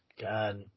God